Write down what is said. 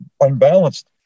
unbalanced